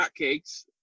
hotcakes